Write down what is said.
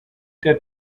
der